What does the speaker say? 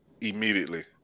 immediately